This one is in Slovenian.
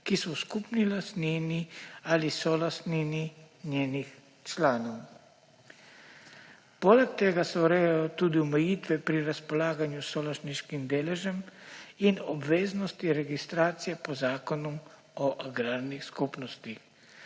ki so v skupni lastnini ali solastnini njenih članov. Poleg tega se urejajo tudi omejitve pri razpolaganju s solastniškim deležem in obveznosti registracije po Zakonu o agrarnih skupnostih.